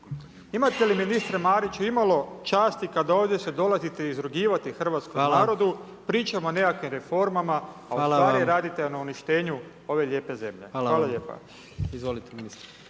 Imate li ministre Mariću, imalo časti kada ovdje se dolazite izrugivati hrvatskom narodu, pričamo nekakvim reformama, a ustvari radite na uništenju ove lijepe zemlje. Hvala lijepo. **Jandroković,